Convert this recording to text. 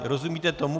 Rozumíte tomu?